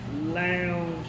lounge